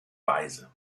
weise